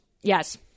Yes